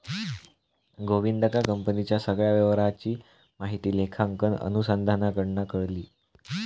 गोविंदका कंपनीच्या सगळ्या व्यवहाराची माहिती लेखांकन अनुसंधानाकडना कळली